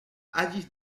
avis